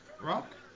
Rock